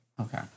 Okay